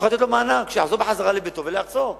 שיחזור לביתו ולארצו.